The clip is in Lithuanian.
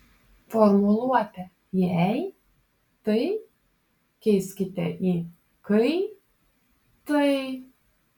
formuluotę jei tai keiskite į kai tai